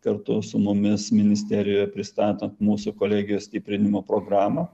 kartu su mumis ministerijoje pristatant mūsų kolegijos stiprinimo programą